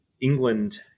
England